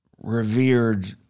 revered